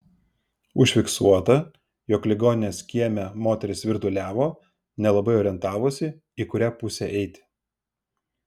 užfiksuota jog ligoninės kieme moteris svirduliavo nelabai orientavosi į kurią pusę eiti